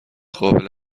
قابل